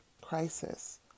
crisis